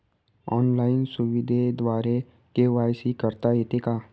Online सुविधेद्वारे KYC करता येते का?